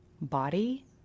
body